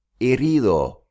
Herido